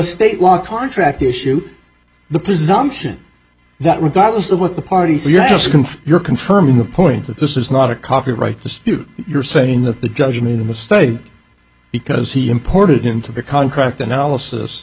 state law contract issue the presumption that regardless of what the parties just come from you're confirming the point that this is not a copyright dispute you're saying that the judge made a mistake because he imported into the contract analysis